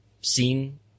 seen